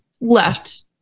left